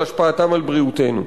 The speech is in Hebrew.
על השפעתם על בריאותנו.